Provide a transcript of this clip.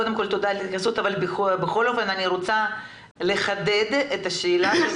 תודה על ההתייחסות אבל בכל אופן אני רוצה שח"כ סונדוס תחדד את השאלה.